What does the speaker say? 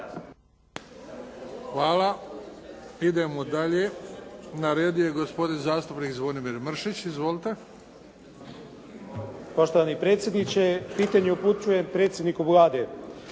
Hvala. Idemo dalje. Na redu je gospodin zastupnik Zvonimir Mršić. Izvolite. **Mršić, Zvonimir (SDP)** Poštovani predsjedniče. Pitanje upućujem predsjedniku Vlade.